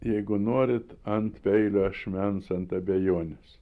jeigu norite ant peilio ašmens ant abejonės